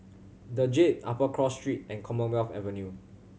The Jade Upper Cross Street and Commonwealth Avenue